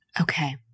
Okay